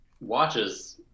watches